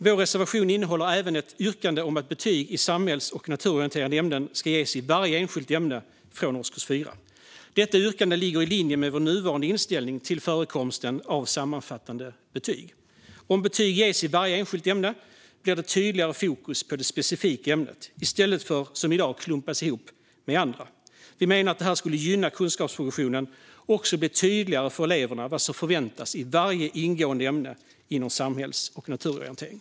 Vår reservation innehåller även ett yrkande om att betyg i samhälls och naturorienterande ämnen ska ges i varje enskilt ämne från årskurs 4. Detta yrkande ligger i linje med vår nuvarande inställning till förekomsten av sammanfattande betyg. Om betyg ges i varje enskilt ämne blir det tydligare fokus på det specifika ämnet, i stället för att det som i dag klumpas ihop med andra. Vi menar att detta skulle gynna kunskapsprogressionen och att det också skulle bli tydligare för eleverna vad som förväntas i varje ingående ämne inom samhälls och naturorientering.